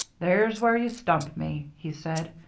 there's where you stump me, he said.